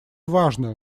важно